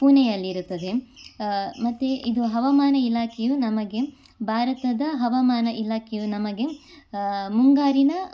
ಪುಣೆಯಲ್ಲಿರುತ್ತದೆ ಮತ್ತು ಇದು ಹವಾಮಾನ ಇಲಾಕೆಯು ನಮಗೆ ಭಾರತದ ಹವಾಮಾನ ಇಲಾಖೆಯು ನಮಗೆ ಮುಂಗಾರಿನ